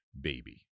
baby